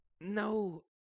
No